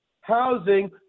housing